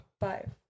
Five